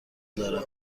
دارم